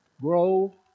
grow